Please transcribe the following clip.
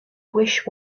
wish